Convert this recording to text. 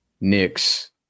Knicks